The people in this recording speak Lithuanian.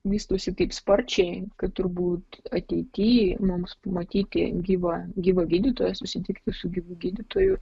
vystosi taip sparčiai kad turbūt ateity mums pamatyti gyvą gyvą gydytoją susitikti su gyvu gydytoju